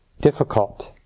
difficult